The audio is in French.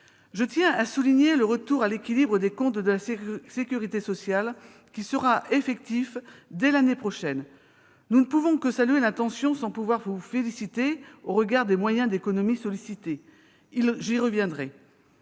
Je tiens à souligner le retour à l'équilibre des comptes de la sécurité sociale, qui sera effectif dès l'année prochaine. Nous ne pouvons que saluer l'intention, sans toutefois pouvoir vous féliciter, madame la ministre, au regard des moyens d'économies sollicités ; j'y reviendrai.